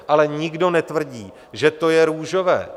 Ale nikdo netvrdí, že to je růžové.